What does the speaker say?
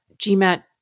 GMAT